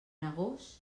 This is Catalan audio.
agost